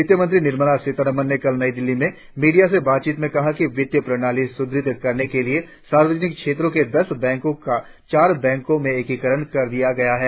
वित्तमंत्री निर्मला सीतारमन ने कल नई दिल्ली में मीडिया से बातचीत में कहा कि वित्तीय प्रणाली सुदृढ़ करने के लिए सार्वजनिक क्षेत्र के दस बैंको का चार बैंकों में एकीकरण कर दिया गया है